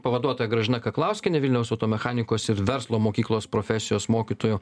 pavaduotoja gražina kaklauskiene vilniaus auto mechanikos ir verslo mokyklos profesijos mokytoju